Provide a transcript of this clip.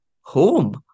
Home